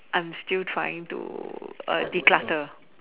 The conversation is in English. I'm still trying to err declutter